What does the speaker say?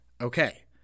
okay